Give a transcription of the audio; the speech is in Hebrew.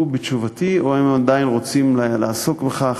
בתשובתי או אם הם עדיין רוצים לעסוק בכך